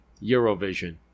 Eurovision